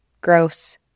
gross